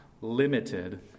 limited